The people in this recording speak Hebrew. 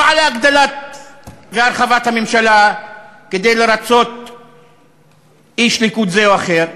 לא על הגדלת והרחבת הממשלה כדי לרצות איש ליכוד זה או אחר.